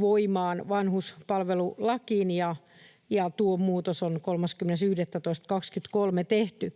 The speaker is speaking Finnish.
voimaan vanhuspalvelulakiin, ja tuo muutos on 30.11.2023 tehty.